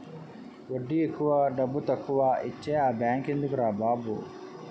వడ్డీ ఎక్కువ డబ్బుతక్కువా ఇచ్చే ఆ బేంకెందుకురా బాబు